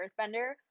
earthbender